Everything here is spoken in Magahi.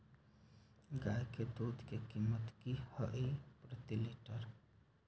गाय के दूध के कीमत की हई प्रति लिटर?